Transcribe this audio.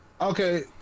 Okay